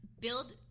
Build